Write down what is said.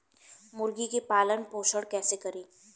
मुर्गी के पालन पोषण कैसे करी?